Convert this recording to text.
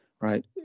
right